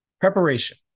Preparation